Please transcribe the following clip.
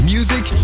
Music